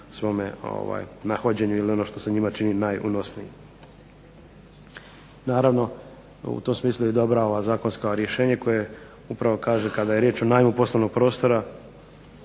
svome nahođenju ili ono što se njima čini najunosnijim. Naravno u tom smislu je dobro ovo zakonsko rješenje koje upravo kaže kada je riječ o najmu poslovnog prostora